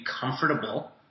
comfortable